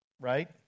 right